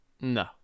No